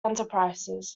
enterprises